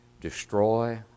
Destroy